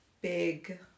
big